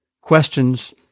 questions